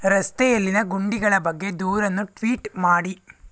ರಸ್ತೆಯಲ್ಲಿನ ಗುಂಡಿಗಳ ಬಗ್ಗೆ ದೂರನ್ನು ಟ್ವೀಟ್ ಮಾಡಿ